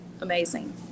amazing